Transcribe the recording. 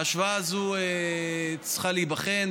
ההשוואה הזאת צריכה להיבחן,